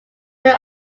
many